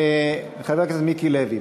חבר הכנסת מיקי לוי.